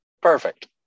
Perfect